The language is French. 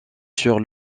sur